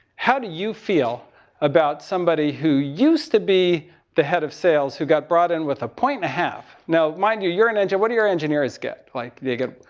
how do you feel about somebody who used to be the head of sales, who got brought in with a point and a half. now, mind you, you're an engin, what do your engineers get? like, they get.